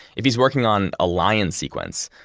if he's working on a lion sequence,